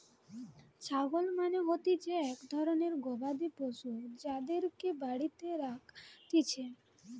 ছাগল মানে হতিছে এক ধরণের গবাদি পশু যাদেরকে বাড়িতে রাখতিছে